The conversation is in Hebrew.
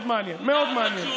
מאוד מעניין.